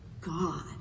god